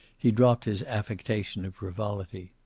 he dropped his affectation of frivolity.